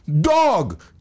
Dog